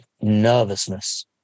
nervousness